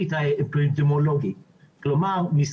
ואנחנו נדבר